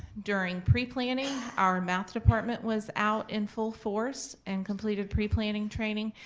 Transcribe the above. during pre-planning our math department was out in full force and completed pre-planning training.